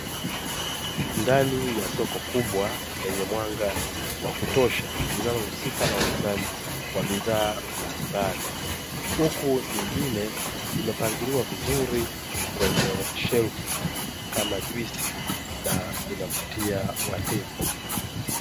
Ndani ya soko kubwa lenye mwanga wa kutosha, linalohusika na uuzaji wa bidhaa mbalimbali, huku nyingine zimepangiliwa vizuri kwenye shelfu, kama juisi na zinavutia wateja.